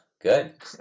Good